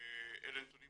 אלה נתונים